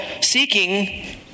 seeking